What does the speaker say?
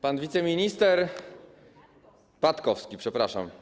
Pan wiceminister... Patkowski, przepraszam.